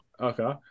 Okay